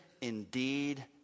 indeed